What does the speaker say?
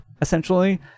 essentially